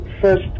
first